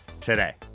today